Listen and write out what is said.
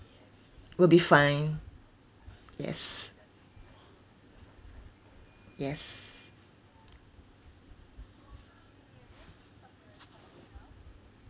we'll be fine yes yes